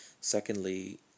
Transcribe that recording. Secondly